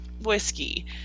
Whiskey